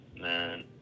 man